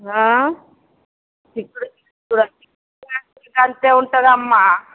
ఆ చిక్కుడు చిక్కుడుకాయా అంతే ఉంటదమ్మా